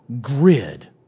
grid